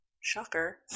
Shocker